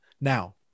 Now